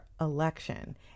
election